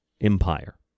empire